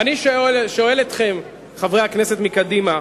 ואני שואל אתכם, חברי הכנסת מקדימה,